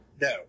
no